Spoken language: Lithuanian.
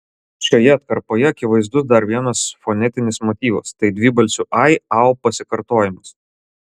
šioje atkarpoje akivaizdus dar vienas fonetinis motyvas tai dvibalsių ai au pasikartojimas